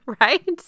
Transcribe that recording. Right